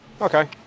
Okay